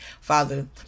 Father